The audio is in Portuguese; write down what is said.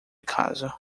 caso